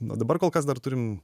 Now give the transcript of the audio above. o dabar kol kas dar turim